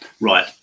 right